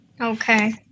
Okay